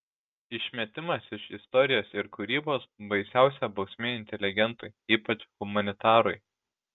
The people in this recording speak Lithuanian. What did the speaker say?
išmetimas iš istorijos ir kūrybos baisiausia bausmė inteligentui ypač humanitarui